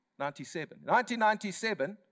1997